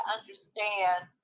understand